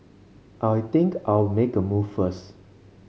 I think I'll make a move first